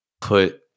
put